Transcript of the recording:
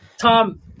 Tom